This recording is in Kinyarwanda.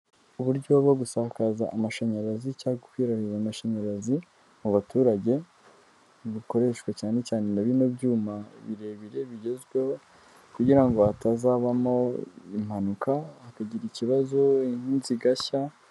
Uburyo bwo gusakaza amashanyarazi cyangwa, cangwa gukwirakwiza amashanyarazi mu baturage, bukoreshwa cyane cyane na bino byuma birebire bigezweho, kugira hatazabamo impanuka hakagira ikibazo inzu igashya.